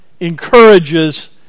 encourages